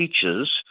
teachers